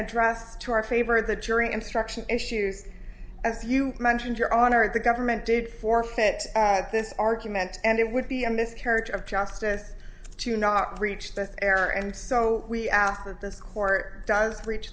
address to our favor the jury instruction issues as you mentioned your honor the government did forfeit this argument and it would be a miscarriage of justice to not reach this error and so we ask that this court does reach